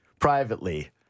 privately